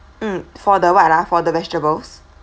mm for the what ah for the vegetables